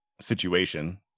situation